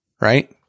Right